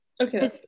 Okay